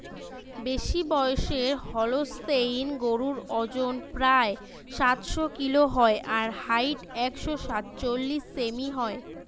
বেশিবয়সের Holstein গরুর অজন প্রায় সাতশ কিলো হয় আর হাইট একশ সাতচল্লিশ সেমি হয়